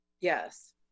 yes